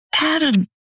Adam